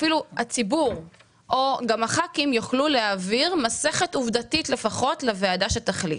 הציבור וגם חברי הכנסת יוכלו להעביר מסכת עובדתית לוועדה שתחליט.